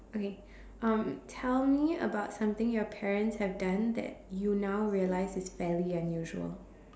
okay um tell me about something your parents have done that you now realize is fairly unusual